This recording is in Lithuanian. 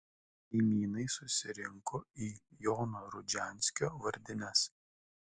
kaimynai susirinko į jono rudžianskio vardines